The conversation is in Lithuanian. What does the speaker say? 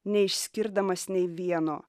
neišskirdamas nei vieno